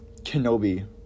Kenobi